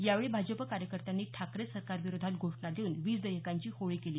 यावेळी भाजपा कार्यकर्त्यांनी ठाकरे सरकार विरोधात घोषणा देऊन वीज देयकांची होळी केली